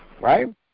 right